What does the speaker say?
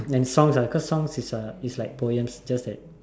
and songs ah cause songs is uh is like poem just that